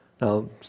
now